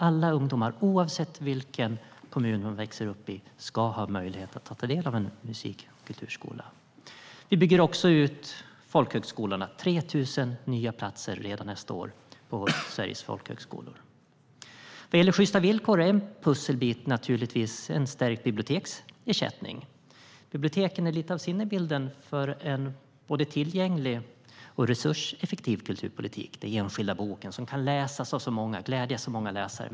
Alla ungdomar, oavsett vilken kommun de växer upp i, ska ha möjlighet att ta del av en musik och kulturskola. Vi bygger också ut Sveriges folkhögskolor med 3 000 platser redan nästa år. Vad gäller sjysta villkor är en pusselbit en stärkt biblioteksersättning. Biblioteken är lite av sinnebilden för en både tillgänglig och resurseffektiv kulturpolitik - den enskilda boken som kan läsas av så många och glädja så många läsare.